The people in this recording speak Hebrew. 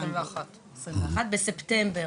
שנת 2021. -- ואמרתי שאשמח.